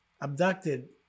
abducted